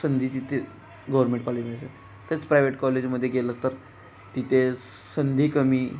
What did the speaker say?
संधी तिथे गव्हर्नमेंट कॉलेजमध्ये तेच प्रायव्हेट कॉलेजमध्ये गेलं तर तिथे संधी कमी